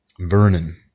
Vernon